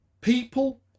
people